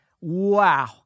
Wow